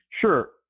Sure